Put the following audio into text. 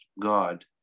God